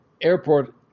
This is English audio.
airport